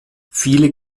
viele